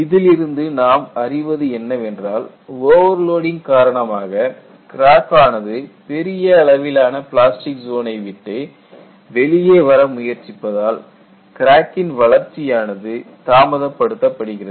இதிலிருந்து நாம் அறிவது என்னவென்றால் ஓவர்லோடிங் காரணமாக கிராக்கானது பெரிய அளவிலான பிளாஸ்டிக் ஜோனை விட்டு வெளியே வர முயற்சிப்பதால் கிராக்கின் வளர்ச்சியானது தாமதப்படுத்தபடுகிறது